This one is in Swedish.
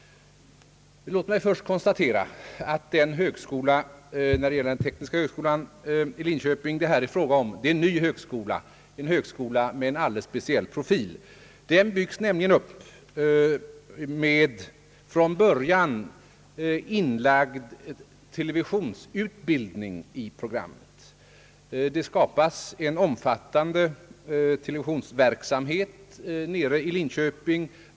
Låt mig först konstatera att tekniska högskolan i Linköping är en ny högskola med en alldeles speciell profil. Den byggs nämligen upp med från början inlagd televisionsutbildning i programmet. Det skapas en omfattande televisionsverksamhet i Linköping.